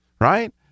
right